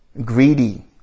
greedy